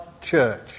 church